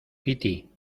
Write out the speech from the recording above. piti